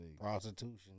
Prostitution